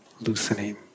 loosening